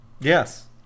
Yes